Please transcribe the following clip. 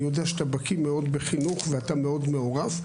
אני יודע שאתה בקיא מאוד בחינוך ואתה מאוד מעורב.